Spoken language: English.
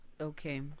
okay